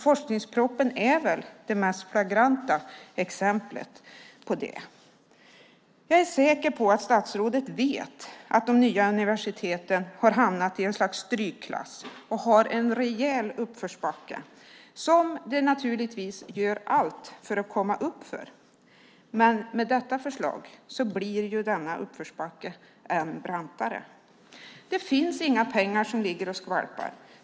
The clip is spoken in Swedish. Forskningspropositionen är väl det mest flagranta exemplet på det. Jag är säker på att statsrådet vet att de nya universiteten har hamnat i ett slags strykklass. De har en rejäl uppförsbacke, som de naturligtvis gör allt för att komma uppför. Med detta förslag blir denna uppförsbacke än brantare. Det finns inga pengar som ligger och skvalpar.